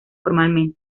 formalmente